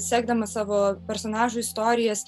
sekdamas savo personažų istorijas